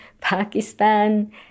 Pakistan